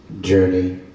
journey